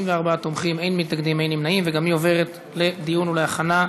טרומית, והיא מועברת לדיון בוועדת העבודה,